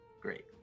great